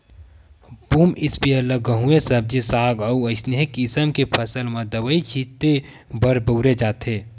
boom sprayer ल गहूँए सब्जी साग अउ असइने किसम के फसल म दवई छिते बर बउरे जाथे